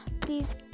please